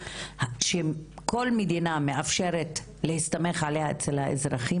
שכל מדינה מאפשרת להסתמך עליה אצל האזרחים,